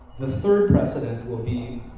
the third precedent will be